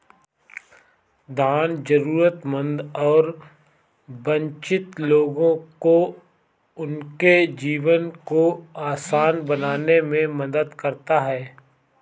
दान जरूरतमंद और वंचित लोगों को उनके जीवन को आसान बनाने में मदद करता हैं